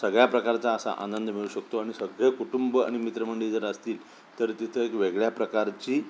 सगळ्या प्रकारचा असा आनंद मिळू शकतो आणि सगळं कुटुंब आणि मित्रमंडळी जर असतील तर तिथं एक वेगळ्या प्रकारची